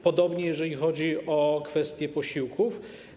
Podobnie, jeżeli chodzi o kwestie posiłków.